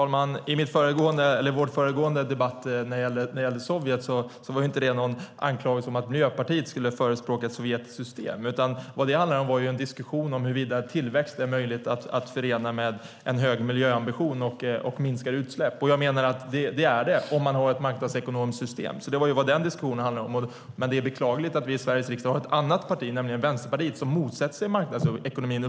Herr talman! När jag nämnde Sovjet i vår föregående debatt var det inte någon anklagelse om att Miljöpartiet skulle förespråka ett sovjetiskt system. Vad det handlade om var en diskussion om huruvida tillväxten var möjlig att förena med en hög miljöambition och minskade utsläpp. Jag menar att det är möjligt om man har ett marknadsekonomiskt system. Det var vad diskussionen handlade om. Det är beklagligt att vi i Sveriges riksdag har ett annat parti, nämligen Vänsterpartiet, som uppenbarligen motsätter sig marknadsekonomin.